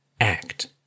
act